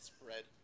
Spread